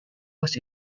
was